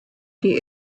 die